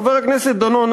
חבר הכנסת דנון,